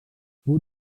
pot